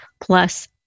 plus